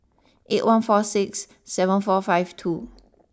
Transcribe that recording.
eight one four six seven four five two